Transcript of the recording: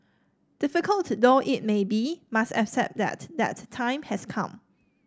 difficult though it may be must accept that that time has come